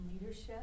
leadership